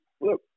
Look